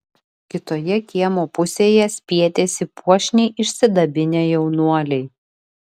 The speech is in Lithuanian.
kitoje kiemo pusėje spietėsi puošniai išsidabinę jaunuoliai